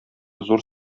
зур